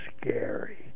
scary